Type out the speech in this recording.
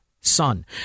son